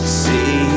see